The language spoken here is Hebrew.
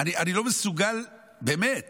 שאני לא מסוגל באמת